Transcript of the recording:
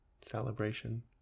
celebration